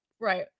right